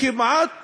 כמעט